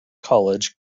college